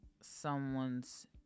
someone's